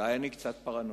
אולי אני קצת פרנואיד,